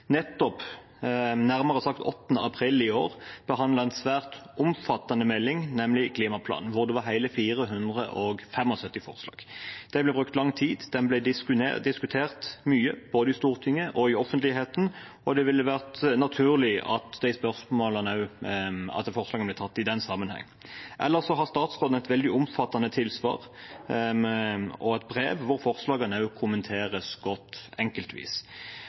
nettopp, nærmere sagt 8. april i år, behandlet en svært omfattende melding, nemlig klimaplanen, hvor det var hele 475 forslag. Det ble brukt lang tid, den ble diskutert mye, både i Stortinget og i offentligheten, og det ville vært naturlig at disse forslagene ble fremmet i den sammenhengen. Ellers har statsråden et veldig omfattende tilsvar og et brev hvor forslagene kommenteres godt enkeltvis.